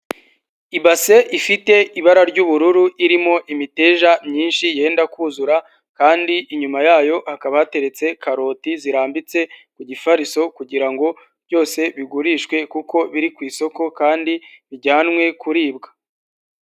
Ibase ifite ibara ry'ubururu irimo imiteja myinshi yenda kuzura kandi inyuma yayo hakaba hateretse karoti zirambitse ku gifariso kugira ngo byose bigurishwe kuko biri ku isoko kandi bijyanwe kuribwa.